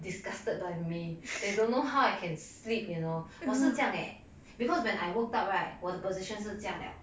di~ disgusted by me they don't know how I can sleep you know 我是这样 eh because when I woke up right 我的 position 是这样了